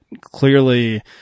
clearly